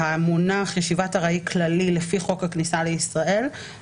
המונח ישיבת ארעי כללי לפי חוק הכניסה לישראל.